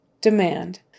demand